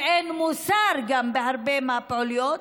וגם אין מוסר בהרבה מהפעילויות,